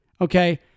okay